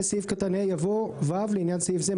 סעיף קטן (ה) יבוא: (ו) לעניין סעיף זה,